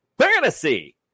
fantasy